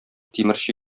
тимерче